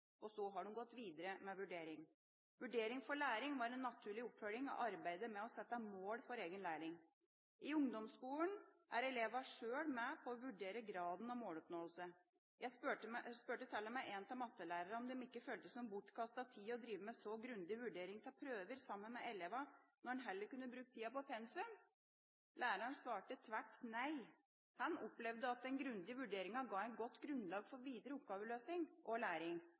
Så har de gått videre med vurdering. Vurdering for læring var en naturlig oppfølging av arbeidet med å sette mål for egen læring. I ungdomsskolen er elevene sjøl med på å vurdere graden av måloppnåelse. Jeg spurte til og med en av mattelærerne om det ikke føltes som bortkastet tid å drive med så grundig vurdering av prøver sammen med elevene når han heller kunne brukt tida på pensum. Læreren svarte tvert nei! Han opplevde at den grundige vurderingen ga et godt grunnlag for videre oppgaveløsning og læring.